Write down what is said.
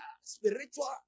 spiritual